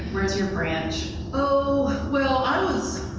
where's your branch? oh, well, i was